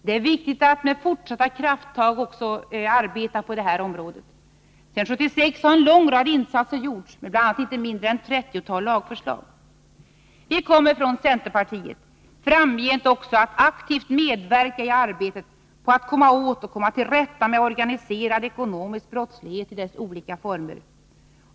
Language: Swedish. Det är viktigt med fortsatta krafttag på detta område. Sedan 1976 har en lång rad insatser gjorts med bl.a. inte mindre än ett trettiotal lagförslag. Vi kommer från centerpartiet även framgent att aktivt medverka i arbetet på att komma åt och komma till rätta med organiserad ekonomisk brottslighet i dess olika former.